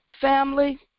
Family